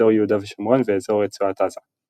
אזור יהודה ושומרון ואזור רצועת עזה.